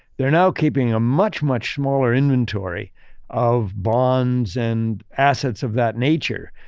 they're now keeping a much, much smaller inventory of bonds and assets of that nature.